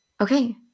Okay